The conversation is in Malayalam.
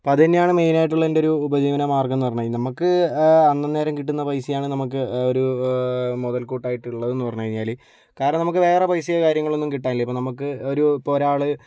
അപ്പോൾ അത് തന്നെയാണ് മെയിനായിട്ടുള്ള എന്റെ ഒരു ഉപജീവനമാർഗം എന്ന് പറഞ്ഞ് കഴിഞ്ഞാല് നമുക്ക് അന്നന്നേരം കിട്ടുന്ന പൈസയാണ് നമുക്ക് ഒരു മുതൽ കൂട്ടായിട്ടുള്ളത് എന്ന് പറഞ്ഞ് കഴിഞ്ഞാൽ കാരണം നമുക്ക് വേറെ പൈസയോ കാര്യങ്ങളൊന്നും കിട്ടാനില്ല ഇപ്പോൾ നമുക്ക് ഒരു ഇപ്പോൾ ഒരാൾ